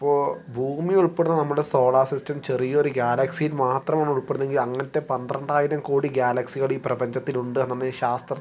അപ്പോൾ ഭൂമി ഉൾപ്പെടുന്ന നമ്മുടെ സോളാർ സിസ്റ്റം ചെറിയൊരു ഗ്യാലക്സിയിൽ മാത്രമാണ് ഉൾപ്പെടുന്നതെങ്കിൽ അങ്ങനത്തെ പന്ത്രണ്ടായിരം കോടി ഗാലക്സികൾ ഈ പ്രപഞ്ചത്തിൽ ഉണ്ട് എന്നുള്ള ശാസ്ത്രം